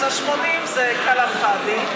אז ה-80 זה כלאם פאדי,